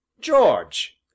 George